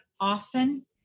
often